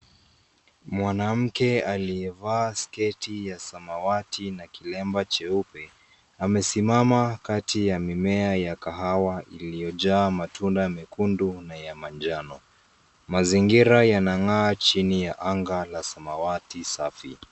Mwanamke aliyevaa sketi ya samawati na kilemba cheupe, amesimama kati ya mimea ya kahawa iliyo jaa matunda mekundu na ya manjano. Mazingira yana ngaa chini ya anga la samawati safi.